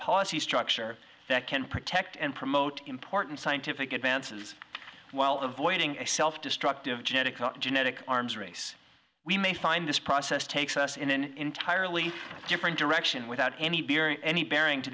policy structure that can protect and promote important scientific advances while avoiding a self destructive genetic genetic arms race we may find this process takes us in an entirely different direction without any period any bearing to